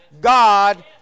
God